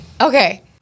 okay